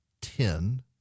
ten